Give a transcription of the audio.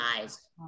eyes